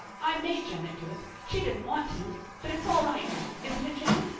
i made janet do it. she didn't want to but it's all right now, isn't it, janet?